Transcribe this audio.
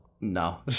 No